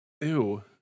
Ew